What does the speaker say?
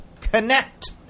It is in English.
connect